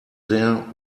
there